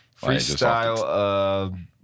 Freestyle